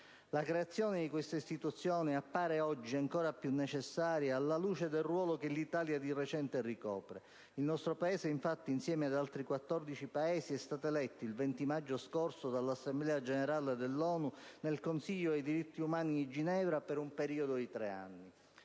La creazione di questa istituzione appare ancora più necessaria alla luce del ruolo che l'Italia di recente ricopre. Il nostro Paese, infatti, insieme ad altri 14 Paesi, è stato eletto, il 20 maggio scorso, dall'Assemblea Generale dell'ONU nel Consiglio dei diritti umani di Ginevra, per un periodo di tre anni.